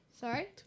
Sorry